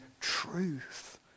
truth